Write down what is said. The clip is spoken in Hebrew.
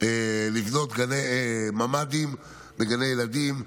לבנות ממ"דים בגני ילדים.